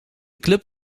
club